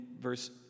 verse